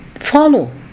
follow